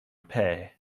pay